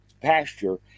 pasture